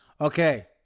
okay